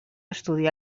estudia